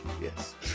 Yes